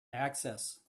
access